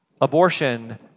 abortion